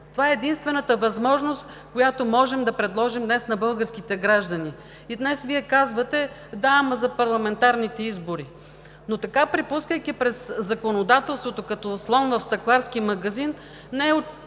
това е единствената възможност, която можем да предложим днес на българските граждани. Днес Вие казвате: да, ама за парламентарните избори! Но така, препускайки през законодателството като слон в стъкларски магазин, няма да